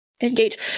engage